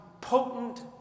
potent